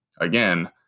again